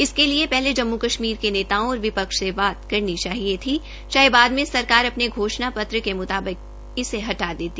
इसके लिए पहले जम्म् कश्मीर के नेताओं और विपक्ष से बात करनी चाहिए थी चाहे बाद मे सरकार अपने घोषणा पत्र मुताबिक इसे हटा देते